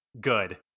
good